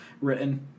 written